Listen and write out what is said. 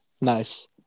Nice